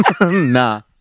Nah